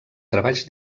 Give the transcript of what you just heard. treballs